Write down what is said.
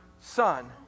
son